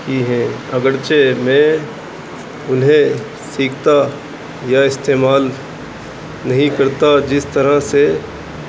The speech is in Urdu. کی ہیں اگرچہ میں انہیں سیکھتا یا استعمال نہیں کرتا جس طرح سے